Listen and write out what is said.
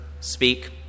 speak